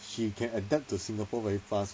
she can adapt to singapore very fast